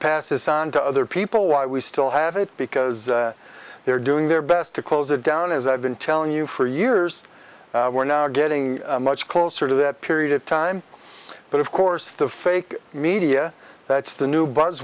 passes on to other people why we still have it because they're doing their best to close it down as i've been telling you for years we're now getting much closer to that period of time but of course the fake media that's the new buzz